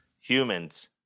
Humans